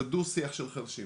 זה דו שיח של חירשים.